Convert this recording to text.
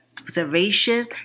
observation